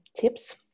tips